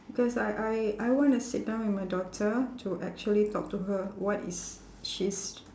cause I I I wanna sit down with my daughter to actually talk to her what is she's